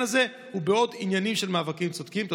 הזה ובעוד עניינים של מאבקים צודקים.